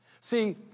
See